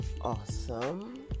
awesome